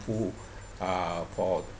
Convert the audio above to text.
uh for